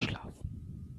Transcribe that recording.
schlafen